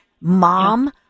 mom